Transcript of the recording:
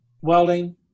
welding